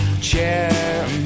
chair